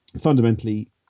fundamentally